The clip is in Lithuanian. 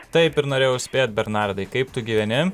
taip ir norėjau spėt bernardai kaip tu gyveni